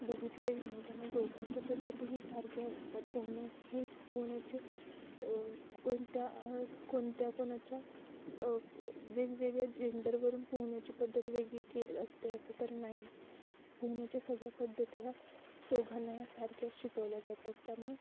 बघितलंही नाही त्यामुळं दोघांच्या पद्धतीही सारख्या असतात पोहणे हे पोहण्याचे कोणत्या कोणत्या कोणाच्या वेगवेगळ्या जेंडरवरून पोहण्याची पद्धत वेगळी की असते असं तर नाही पोहण्याच्या सगळ्या पद्धती ह्या दोघांना ह्या सारख्या शिकवल्या जातात त्यामुळं